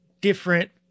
different